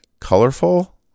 colorful